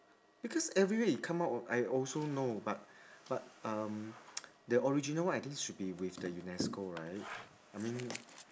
because everywhere it come out I also know but but um the original one I think should be with the UNESCO right I mean